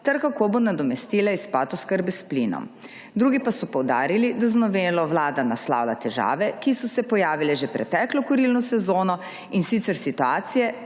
ter kako bo nadomestila izpad oskrbe s plinom. Drugi pa so poudarili, da z novelo vlada naslavlja težave, ki so se pojavile že preteklo kurilno sezono, in sicer situacije,